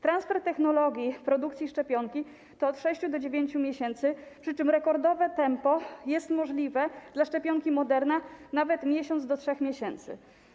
Transfer technologii produkcji szczepionki to od 6 do 9 miesięcy, przy czym rekordowe tempo jest możliwe dla szczepionki Moderna, nawet od miesiąca do 3 miesięcy.